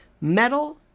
Metal